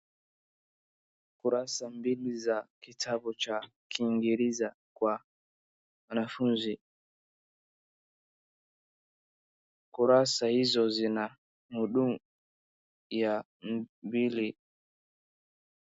Kurasa mbili za kitabu cha kingereza kwa wanafunzi. Kurasa hizo zina mhudumu ya mbili